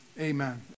Amen